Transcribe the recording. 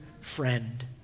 friend